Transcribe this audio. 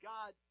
God